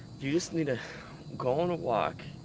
you just need to. go on a walk.